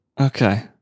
Okay